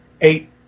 eight